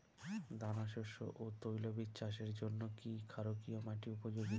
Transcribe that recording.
দানাশস্য ও তৈলবীজ চাষের জন্য কি ক্ষারকীয় মাটি উপযোগী?